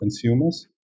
consumers